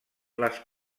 les